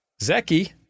Zeki